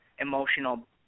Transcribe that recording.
emotional